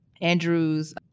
Andrews